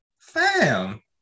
fam